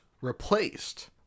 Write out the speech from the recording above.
replaced